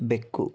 ಬೆಕ್ಕು